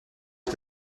est